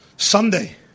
Sunday